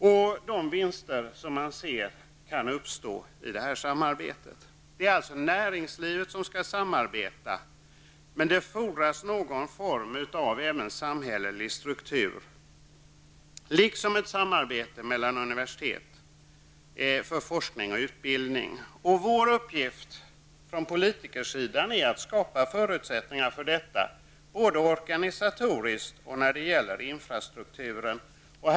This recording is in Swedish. Man kan se att vinster uppstår med detta samarbete. Det är alltså näringslivet som skall samarbeta, men det fordras även någon form av samhällelig struktur liksom ett samarbete mellan universitet för forskning och utbildning. Politikernas uppgift är att skapa förutsättningar för detta, både organisatoriska och infrastrukturella.